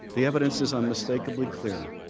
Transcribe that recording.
the evidence is unmistakably clear.